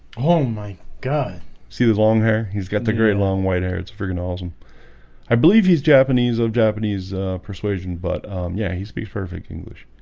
oh my god see this long hair. he's got the great long white hair. it's friggin awesome i believe he's japanese of japanese persuasion, but yeah he speaks perfect english